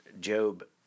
Job